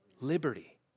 Liberty